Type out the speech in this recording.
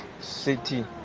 City